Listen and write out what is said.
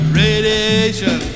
radiation